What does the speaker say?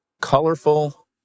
colorful